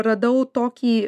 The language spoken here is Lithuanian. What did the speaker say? radau tokį